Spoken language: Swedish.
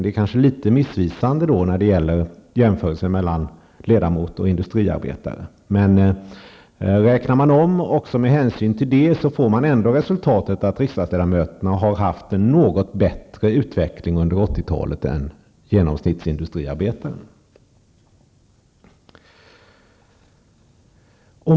Den är kanske litet missvisande när det gäller jämförelsen mellan ledamoten och industriarbetaren, men om man räknar om detta också med hänsyn till det, får man ändå resultatet att riksdagsledamöterna har haft en något bättre utveckling under 80-talet än genomsnittsindustriarbetaren.